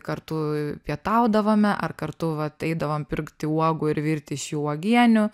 kartu pietaudavome ar kartu vat eidavom pirkti uogų ir virti iš jų uogienių